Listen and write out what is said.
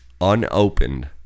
unopened